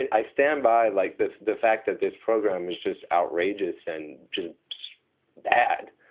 and i stand by like the the fact that this program is just outrageous and just bad.